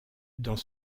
dans